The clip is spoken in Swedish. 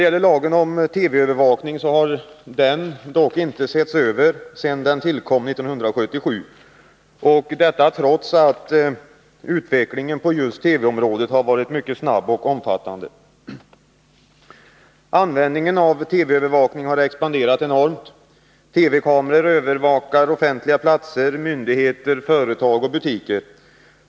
Lagen om TV-övervakning har dock inte setts över sedan den tillkom 1977, detta trots att den tekniska utvecklingen på just TV-området har varit mycket snabb och omfattande. Användningen av TV-övervakning har expanderat enormt. TV-kameror övervakar offentliga platser, myndigheter, företag och butiker.